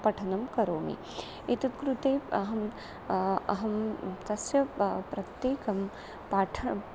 पठनं करोमि एतत् कृते अहम् अहं तस्य प प्रत्येकं पाठं